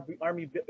army